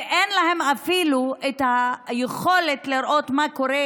ואין להם אפילו היכולת לראות מה קורה